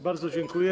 Bardzo dziękuję.